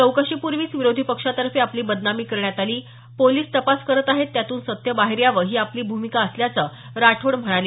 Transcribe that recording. चौकशीपूर्वीच विरोधी पक्षातर्फे आपली बदनामी करण्यात आली पोलिस तपास करत आहेत त्यातून सत्य बाहेर यावं ही आपली भूमिका असल्याचंही राठोड म्हणाले